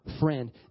friend